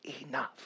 enough